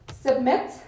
Submit